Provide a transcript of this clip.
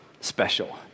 special